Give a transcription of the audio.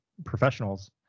professionals